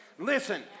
Listen